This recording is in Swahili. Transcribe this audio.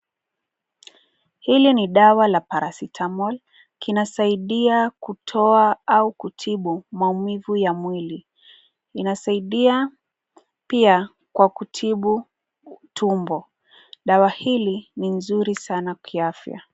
Hili ni dawa la paracetamol , kinasaidia kutoa au kutibu maumivu ya mwili. Inasaidia pia kwa kutibu tumbo. Dawa hili ni nzuri sana kiafya.